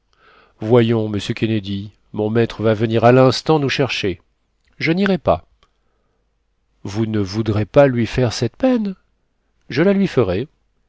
voyons monsieur kennedy mon maître va venir à l'instant nous chercher je n'irai pas vous ne voudrez pas lui faire cette peine je la lui ferai